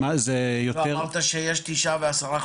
אמרת שיש 9% ו-10%,